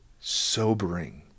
sobering